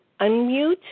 unmute